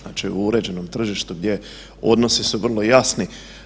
Znači u uređenom tržištu gdje odnosi su vrlo jasni.